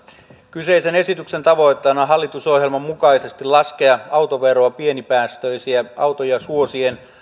kyseisen esityksen tavoitteena hallitusohjelman mukaisesti on laskea autoveroa pienipäästöisiä autoja suosien